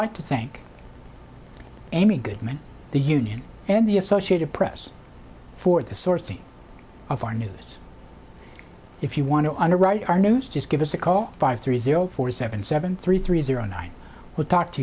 like to thank any goodman the union and the associated press for the source of our news if you want to underwrite our news just give us a call five three zero four seven seven three three zero and i will talk to